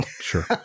sure